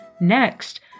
Next